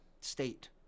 state